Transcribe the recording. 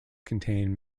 contain